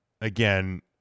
again